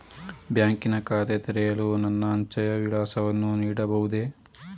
ಬ್ಯಾಂಕಿನ ಖಾತೆ ತೆರೆಯಲು ನನ್ನ ಅಂಚೆಯ ವಿಳಾಸವನ್ನು ನೀಡಬಹುದೇ?